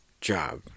job